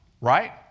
Right